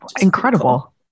Incredible